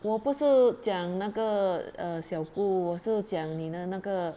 我不是讲那个 err 小姑我是讲你呢那个